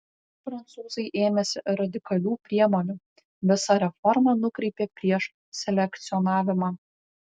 prancūzai ėmėsi radikalių priemonių visą reformą nukreipė prieš selekcionavimą